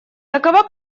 такова